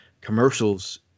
commercials